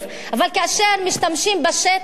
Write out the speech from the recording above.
אבל כאשר משתמשים בשטח שברשותנו,